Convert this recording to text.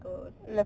err